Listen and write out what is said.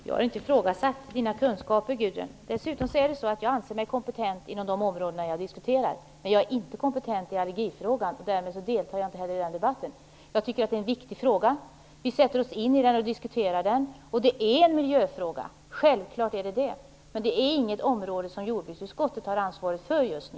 Herr talman! Jag har inte ifrågasatt Gudrun Lindvalls kunskaper. Dessutom anser jag mig kompetent inom de områden jag diskuterar. Men jag är inte kompetent i allergifrågan och därmed deltar jag inte heller i den debatten. Jag tycker att frågan är viktig. Vi sätter oss in i den och diskuterar den. Självklart är det en miljöfråga. Men det är inget område som jordbruksutskottet har ansvaret för just nu.